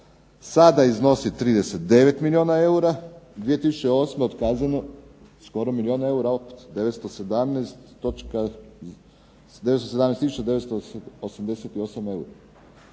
Sada iznosi 39 milijuna eura. 2008. otkazano skoro milijun eura opet. 917 tisuća